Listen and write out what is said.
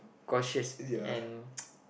cautious and